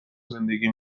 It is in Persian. زندگی